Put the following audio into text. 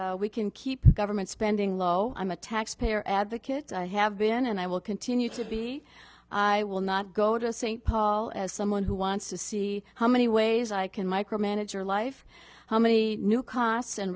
we can keep government spending low i'm a taxpayer advocate i have been and i will continue to be i will not go to st paul as someone who wants to see how many ways i can micromanage your life how many new costs and